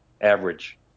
average